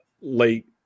late